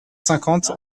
cinquante